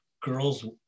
girls